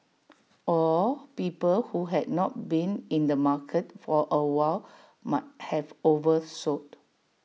or people who had not been in the market for A while might have oversold